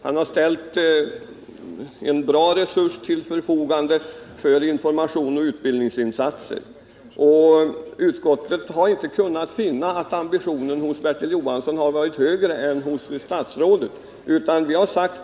Han har ställt stora resurser till förfogande för information och utbildning. Utskottet har inte kunnat finna att ambitionsnivån hos statsrådet har varit lägre än hos Bertil Johansson.